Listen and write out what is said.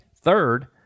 Third